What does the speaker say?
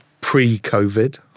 pre-COVID